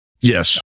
Yes